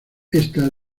ésta